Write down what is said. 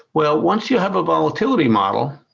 well, once you have a volatility model,